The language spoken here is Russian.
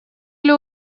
или